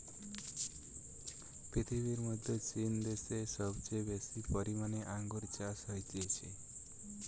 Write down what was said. পৃথিবীর মধ্যে চীন দ্যাশে সবচেয়ে বেশি পরিমানে আঙ্গুর চাষ হতিছে